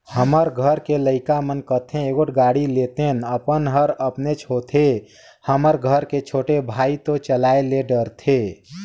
हमर घर के लइका मन कथें एगोट गाड़ी लेतेन अपन हर अपनेच होथे हमर घर के छोटे भाई तो चलाये ले डरथे